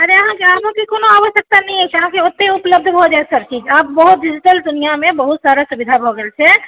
अरे अहाँके आबयके कोनो आवश्यक्ता नहि अछि अहाँके ओत्तै उपलब्ध भऽ जायत सभ चीज आब बहुत आब सोशल मीडियामे बहुत सारा सुविधा भऽ गेल छै